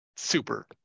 Super